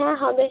হ্যাঁ হবে